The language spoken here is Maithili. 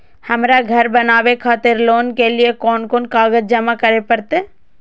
हमरा घर बनावे खातिर लोन के लिए कोन कौन कागज जमा करे परते?